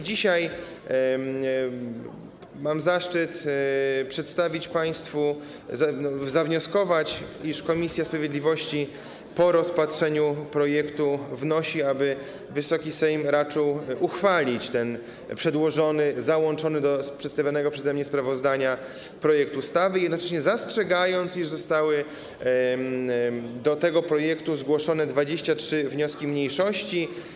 Dzisiaj mam zaszczyt przedstawić państwu, zawnioskować, iż komisja sprawiedliwości po rozpatrzeniu projektu wnosi, aby Wysoki Sejm raczył uchwalić ten przedłożony, załączony do przedstawionego przeze mnie sprawozdania, projekt ustawy, jednocześnie zastrzegając, iż zostały do tego projektu zgłoszone 23 wnioski mniejszości.